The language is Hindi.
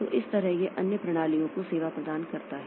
तो इस तरह यह अन्य प्रणालियों को सेवा प्रदान करता है